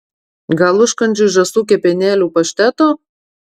gal užkandžiui žąsų kepenėlių pašteto